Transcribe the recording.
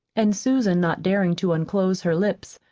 and susan, not daring to unclose her lips,